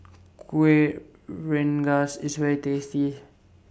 Kueh Rengas IS very tasty